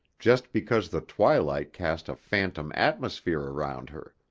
just because the twilight cast a phantom atmosphere around her!